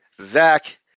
Zach